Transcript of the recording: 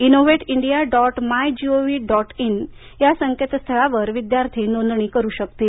Innovate India dot MyGov dot in या संकेतस्थळावर विद्यार्थी नोंदणी करू शकतील